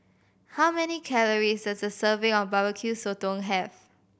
how many calories does a serving of Barbecue Sotong have